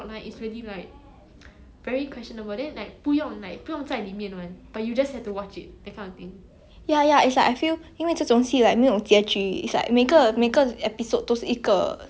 ya ya it's like I feel 因为这种戏 like 没有结局 it's like 每个每个 episode 都是一个 story then there's no like clear ending you know then I feel like the producers can anyhow like 乱乱加东西